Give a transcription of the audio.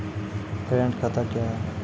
Current खाता क्या हैं?